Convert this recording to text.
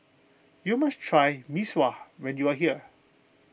you must try Mee Sua when you are here